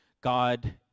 God